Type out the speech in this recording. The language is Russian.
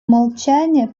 молчания